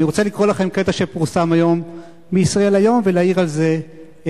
אני רוצה לקרוא לכם קטע שפורסם היום ב"ישראל היום" ולהעיר על זה הערה.